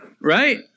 Right